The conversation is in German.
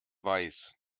weiß